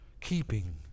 keeping